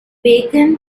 bacon